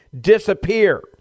disappear